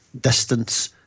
distance